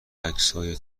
عکسهای